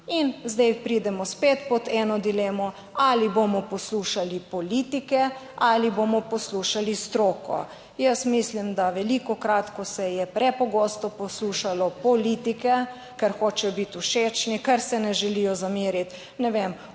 In zdaj pridemo spet pod eno dilemo, ali bomo poslušali politike ali bomo poslušali stroko. Jaz mislim, da velikokrat, ko se je prepogosto poslušalo politike, ker hočejo biti všečni, ker se ne želijo zameriti, ne vem,